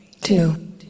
two